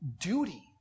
duty